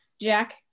Jack